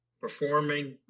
performing